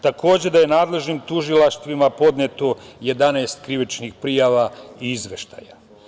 Takođe, da je nadležnim tužilaštvima podneto 11 krivičnih prijava i izveštaja.